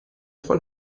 von